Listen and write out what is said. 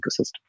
ecosystem